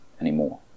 anymore